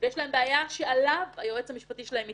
ויש להם בעיה שעליה היועץ המשפטי שלהם מתעקש.